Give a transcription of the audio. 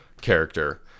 character